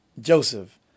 joseph